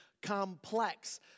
complex